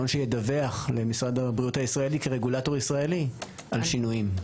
שידווח למשרד הבריאות הישראלי כרגולטור ישראלי על שינויים בזמן אמת.